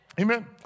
Amen